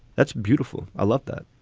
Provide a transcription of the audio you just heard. that's beautiful. i love that.